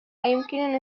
أيمكنني